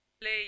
play